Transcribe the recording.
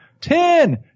ten